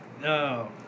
No